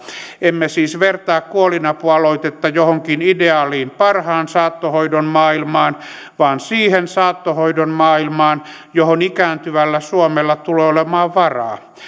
emme siis vertaa kuolinapualoitetta johonkin ideaaliin parhaan saattohoidon maailmaan vaan siihen saattohoidon maailmaan johon ikääntyvällä suomella tulee olemaan varaa